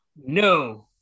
No